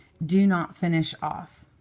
do not finish off.